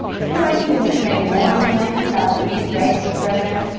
if you're interested in obtaining more information about the issues raised in the program,